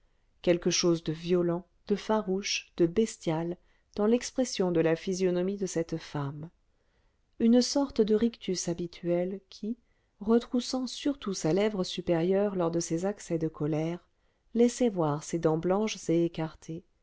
quelque chose de violent de farouche de bestial dans l'expression de la physionomie de cette femme une sorte de rictus habituel qui retroussant surtout sa lèvre supérieure lors de ses accès de colère laissait voir ses dents blanches et écartées